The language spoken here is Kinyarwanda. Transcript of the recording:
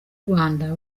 rwanda